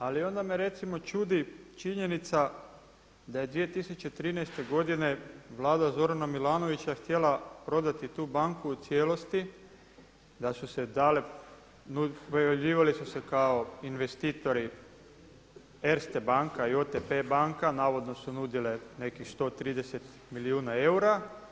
Ali onda me recimo čudi činjenica da je 2013. godine Vlada Zorana Milanovića htjela prodati tu banku u cijelosti, da su se dale, privređivale su se kao investitori Erste banka i OTP banka, navodno su nudile nekih 130 milijuna eura.